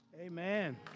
Amen